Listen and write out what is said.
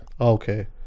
Okay